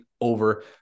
over